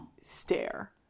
stare